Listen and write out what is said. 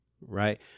Right